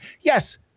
Yes